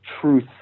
truth